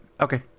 Okay